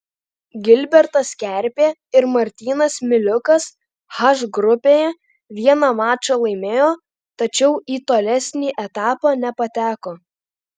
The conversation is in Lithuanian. gilbertas kerpė ir martynas miliukas h grupėje vieną mačą laimėjo tačiau į tolesnį etapą nepateko